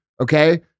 okay